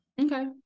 Okay